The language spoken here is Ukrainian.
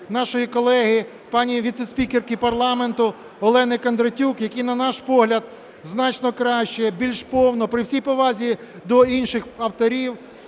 нашої колеги пані віцеспікерки парламенту Олени Кондратюк, який, на наш погляд, значно краще, більш повно, при всій повазі до інших авторів,